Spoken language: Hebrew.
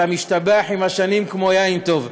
אתה משתבח עם השנים כמו יין טוב.